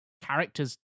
characters